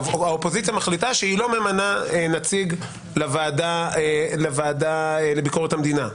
שהאופוזיציה מחליטה שהיא לא ממנה נציג לוועדה לביקורת המדינה.